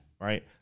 right